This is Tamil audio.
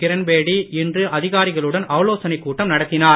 கிரண்பேடி இன்று அதிகாரிகளுடன் ஆலோசனைக் கூட்டம் நடத்தினார்